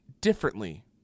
differently